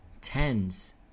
tens